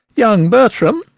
young bertram,